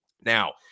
Now